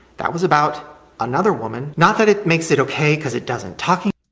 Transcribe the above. that was about another woman not that it makes it okay cause it doesn't, talking